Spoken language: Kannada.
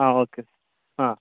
ಹಾಂ ಓಕೆ ಹಾಂ